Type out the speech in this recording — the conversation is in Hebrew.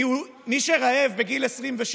כי מי שרעב בגיל 27,